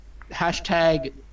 Hashtag